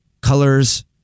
colors